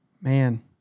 Man